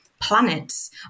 planets